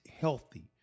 healthy